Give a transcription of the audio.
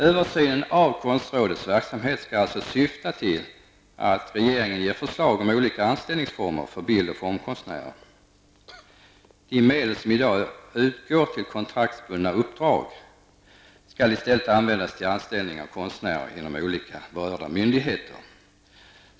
Översynen av konstrådets verksamhet skall också syfta till att regeringen ger förslag om olika anställningsformer för bild och formkonstnärer. De medel som i dag utgår till kontraktsbundna uppdrag skall i stället användas till anställning av konstnärer inom olika berörda myndigheter.